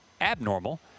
abnormal